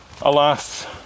Alas